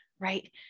right